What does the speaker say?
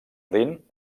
rin